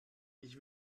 ich